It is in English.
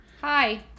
Hi